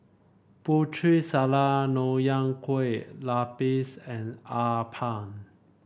Putri Salad Nonya Kueh Lapis and appam